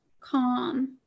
calm